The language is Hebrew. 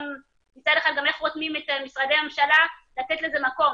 מצד אחד איך רותמים את משרדי הממשלה לתת לזה מקום,